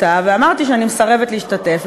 ואמרתי שאני מסרבת להשתתף,